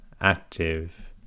active